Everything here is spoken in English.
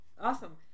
Awesome